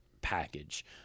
package